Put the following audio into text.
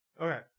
Okay